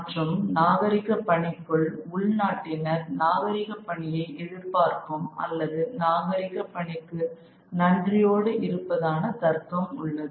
மற்றும் நாகரிக பணிக்குள் உள் நாட்டினர் நாகரீக பணியை எதிர்பார்க்கும் அல்லது நாகரிக பணிக்கு நன்றியோடு இருப்பதான தர்க்கம் உள்ளது